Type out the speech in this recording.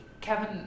Kevin